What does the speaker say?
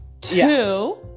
Two